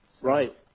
right